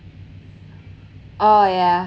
oh yeah